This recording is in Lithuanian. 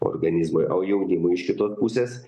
organizmui o jaunimui iš kitos pusės